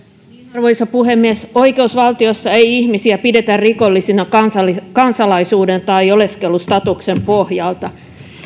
arvoisa puhemies oikeusvaltiossa ei ihmisiä pidetä rikollisena kansalaisuuden kansalaisuuden tai oleskelustatuksen pohjalta